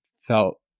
felt